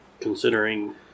considering